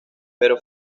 pero